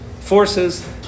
forces